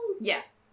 Yes